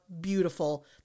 beautiful